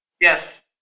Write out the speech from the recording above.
Yes